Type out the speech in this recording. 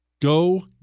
Go